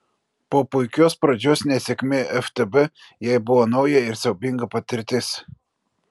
po puikios pradžios nesėkmė ftb jai buvo nauja ir siaubinga patirtis